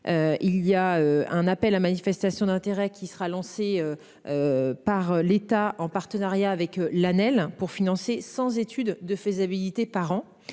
Il y a un appel à manifestation d'intérêt qui sera lancée. Par l'État en partenariat avec la pour financer sans étude de faisabilité parents